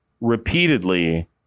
repeatedly